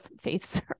faith's